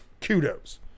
kudos